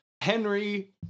Henry